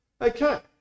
Okay